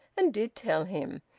and did tell him,